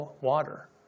water